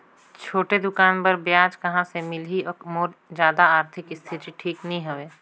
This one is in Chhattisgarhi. छोटे दुकान बर ब्याज कहा से मिल ही और मोर जादा आरथिक स्थिति ठीक नी हवे?